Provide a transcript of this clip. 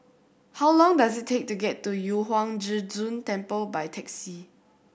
how long does it take to get to Yu Huang Zhi Zun Temple by taxi